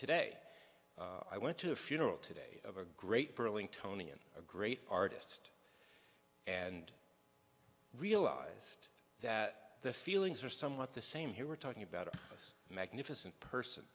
today i went to a funeral today of a great pearling tony and a great artist and realized that the feelings are somewhat the same here we're talking about a magnificent person